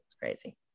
crazy